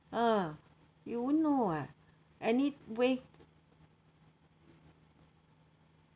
ah you won't know [what] any way